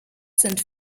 sind